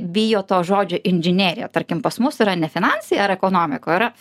bijo to žodžio inžinerija tarkim pas mus yra ne finansai ar ekonomika o yra